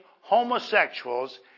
homosexuals